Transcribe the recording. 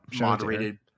moderated